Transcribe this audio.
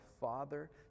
father